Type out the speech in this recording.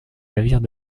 navires